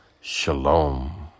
Shalom